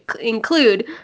include